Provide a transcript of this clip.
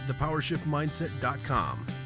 thepowershiftmindset.com